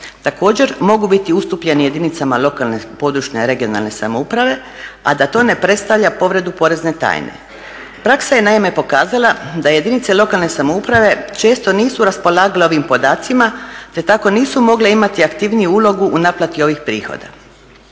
Također mogu biti ustupljeni jedinicama lokalne područne regionalne samouprave, a da to ne predstavlja povredu porezne tajne. Praksa je naime pokazala da jedinice lokalne samouprave često nisu raspolagale ovim podacima, te tako nisu mogle imati aktivniju ulogu u naplati ovih prihoda.